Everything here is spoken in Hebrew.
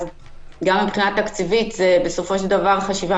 אז גם מבחינה תקציבית בסופו של דבר חשיבה